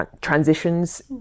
transitions